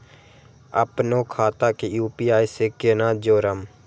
अपनो खाता के यू.पी.आई से केना जोरम?